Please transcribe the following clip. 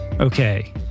Okay